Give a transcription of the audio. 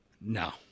No